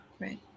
right